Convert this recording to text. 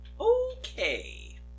Okay